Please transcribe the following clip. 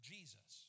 Jesus